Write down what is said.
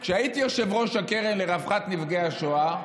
כשהייתי יושב-ראש הקרן לרווחת נפגעי השואה,